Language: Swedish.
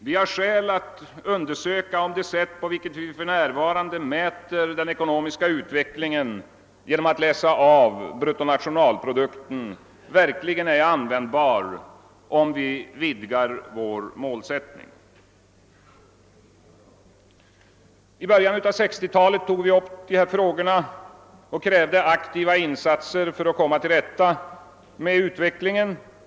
Vi har skäl att undersöka om det sätt på vilket vi för närvarande mäter den ekonomiska utvecklingen genom att läsa av bruttonationalprodukten verkligen är användbart om vi vidgar vår målsättning. I början av 1960-talet tog vi upp dessa frågor och krävde aktiva insatser för att komma till rätta med utvecklingen.